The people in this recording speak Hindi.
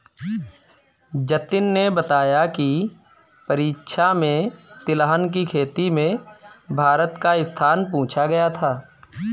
जतिन ने बताया की परीक्षा में तिलहन की खेती में भारत का स्थान पूछा गया था